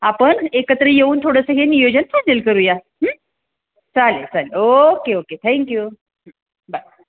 आपण एकत्र येऊन थोडंसं हे नियोजन फायनल करूया चालेल चालेल ओके ओके थँक्यू बाय